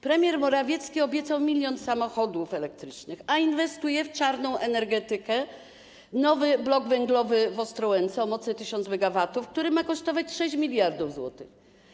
Premier Morawiecki obiecał milion samochodów elektrycznych, a inwestuje w czarną energetykę, nowy blok węglowy w Ostrołęce o mocy 1000 MW, który ma kosztować 6 mld zł.